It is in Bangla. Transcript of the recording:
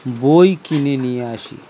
বই কিনে নিয়ে আসি